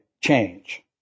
change